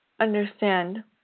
understand